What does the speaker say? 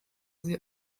sie